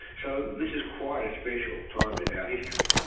so this is quite a special time in our history.